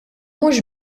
mhux